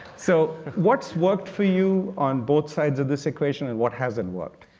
so what's worked for you on both sides of this equation and what hasn't worked?